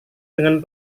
dengan